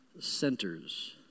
centers